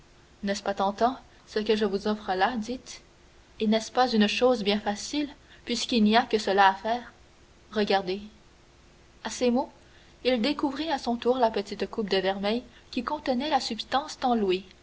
n'est-ce pas tentant ce que je vous offre là dites et n'est-ce pas une chose bien facile puisqu'il n'y a que cela à faire regardez à ces mots il découvrit à son tour la petite coupe de vermeil qui contenait la substance tant